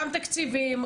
גם תקציבים,